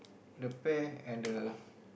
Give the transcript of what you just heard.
the pear and the